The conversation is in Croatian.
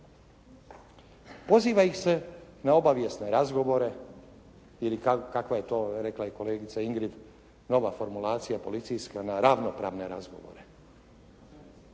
Poziva ih se na obavijesne razgovore ili kako je to rekla kolegica Ingrid nova formulacija policijska na ravnopravne razgovore.